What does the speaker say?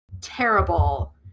terrible